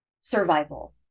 survival